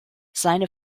seine